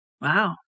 Wow